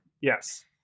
Yes